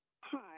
Hi